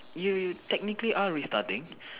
you you technically are restarting